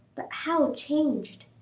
but how changed!